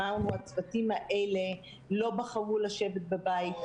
אמרנו שהצוותים האלה לא בחרו לשבת בבית.